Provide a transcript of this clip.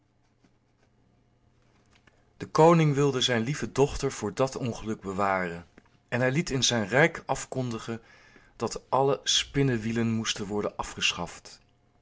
de koning wilde zijn lieve dochter voor dat ongeluk bewaren en hij liet in zijn rijk afkondigen dat alle spinnewielen moesten worden afgeschaft